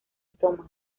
thomas